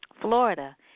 Florida